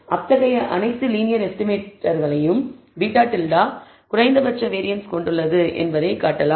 அத்தகைய அனைத்து லீனியர் எஸ்டிமேட்டர்களிடையேயும் β̂ குறைந்தபட்ச வேரியன்ஸ் கொண்டுள்ளது என்பதை நாம் காட்டலாம்